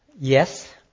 Yes